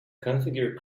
configure